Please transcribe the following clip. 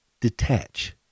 detach